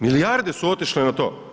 Milijarde su otišle na to.